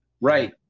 Right